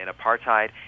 apartheid